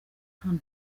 hano